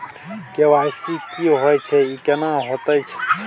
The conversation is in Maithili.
के.वाई.सी की होय छै, ई केना होयत छै?